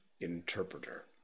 interpreter